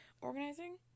Organizing